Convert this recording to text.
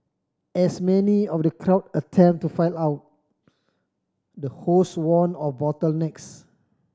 as many of the crowd attempted to file out the host warned of bottlenecks